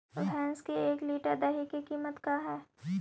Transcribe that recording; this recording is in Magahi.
भैंस के एक लीटर दही के कीमत का है?